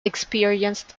experienced